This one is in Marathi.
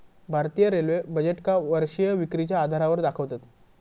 भारतीय रेल्वे बजेटका वर्षीय विक्रीच्या आधारावर दाखवतत